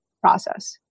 process